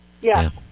yes